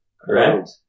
Correct